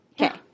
Okay